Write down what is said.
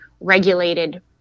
regulated